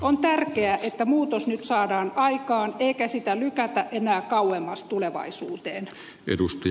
on tärkeää että muutos nyt saadaan aikaan eikä sitä lykätä enää kauemmas tulevaisuuteen